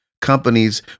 Companies